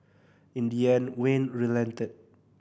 in the end Wayne relented